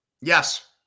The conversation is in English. Yes